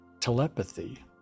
telepathy